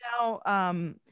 Now